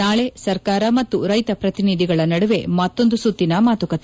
ನಾಳಿ ಸರ್ಕಾರ ಮತ್ತು ರೈತ ಪ್ರತಿನಿಧಿಗಳ ನಡುವೆ ಮತ್ತೊಂದು ಸುತ್ತಿನ ಮಾತುಕತೆ